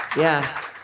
yeah,